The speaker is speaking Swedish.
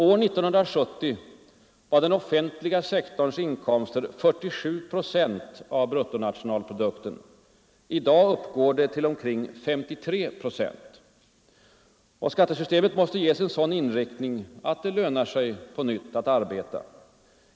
År 1970 var den offentliga sektorns inkomster 47 procent av bruttonationalprodukten. I dag uppgår de till omkring 53 procent. Skattesystemet måste ges en sådan inriktning att det på nytt lönar sig att arbeta.